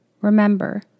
Remember